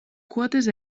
quotes